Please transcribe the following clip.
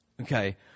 Okay